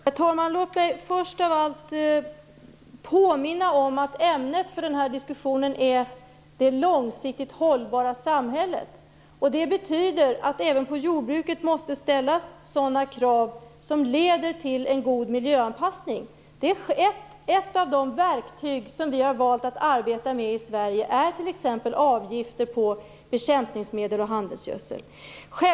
Herr talman! Låt mig först påminna om att ämnet för den här diskussionen är det långsiktigt hållbara samhället. Det betyder att det även på jordbruket måste ställas krav som leder till en god miljöanpassning. Ett av de verktyg som vi har valt att arbeta med i Sverige är t.ex. avgifter på bekämpningsmedel och handelsgödsel.